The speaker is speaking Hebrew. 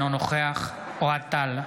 אינו נוכח אוהד טל,